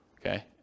Okay